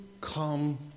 come